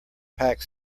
pack